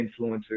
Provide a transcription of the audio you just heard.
influencers